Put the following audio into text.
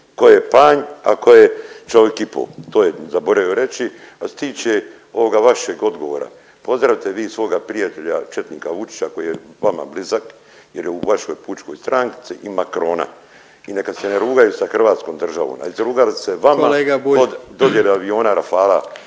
tko je panj a tko je čovik i po, to je zaboravio reći. A što se tiče ovog vašeg odgovora pozdravite vi svoga prijatelja četnika Vučića koji je vama blizak jer je u vašoj pučkoj stranci i Macrona. I neka se ne rugaju sa hrvatskom državom, a izrugali su se vama … …/Upadica